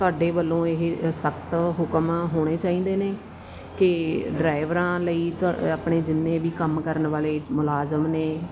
ਤੁਹਾਡੇ ਵੱਲੋਂ ਇਹ ਸਖਤ ਹੁਕਮ ਹੋਣੇ ਚਾਹੀਦੇ ਨੇ ਕਿ ਡਰਾਈਵਰਾਂ ਲਈ ਤਾਂ ਆਪਣੇ ਜਿੰਨੇ ਵੀ ਕੰਮ ਕਰਨ ਵਾਲੇ ਮੁਲਾਜ਼ਮ ਨੇ